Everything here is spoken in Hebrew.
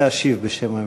להשיב בשם הממשלה.